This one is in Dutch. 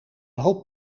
hoop